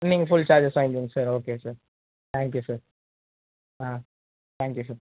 நீங்கள் full charges வாங்கிக்கோங்க sir okay sir thank you sir ah thank you sir